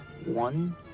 One